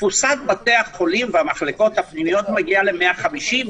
תפוסת בתי החולים והמחלקות הפנימיות מגיעה ל-150%,